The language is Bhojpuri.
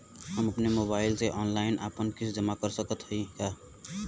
हम अपने मोबाइल से ऑनलाइन आपन किस्त जमा कर सकत हई का?